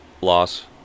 loss